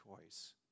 choice